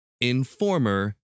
Informer